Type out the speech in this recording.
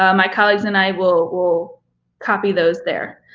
um my colleagues and i will will copy those there.